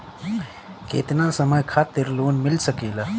केतना समय खातिर लोन मिल सकेला?